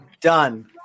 Done